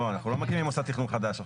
אנחנו לא מקימים מוסד תכנון חדש עכשיו.